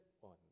one